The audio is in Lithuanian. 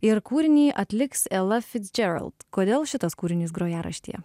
ir kūrinį atliks ela ficdžerald kodėl šitas kūrinys grojaraštyje